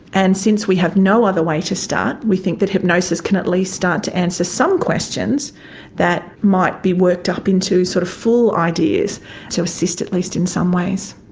and since we have no other way to start, we think that hypnosis can at least start to answer some questions that might be worked up into sort of full ideas to assist at least in some ways.